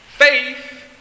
Faith